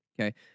okay